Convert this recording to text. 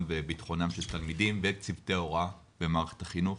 ואת ביטחונם של התלמידים וצוותי ההוראה במערכת החינוך,